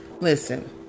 listen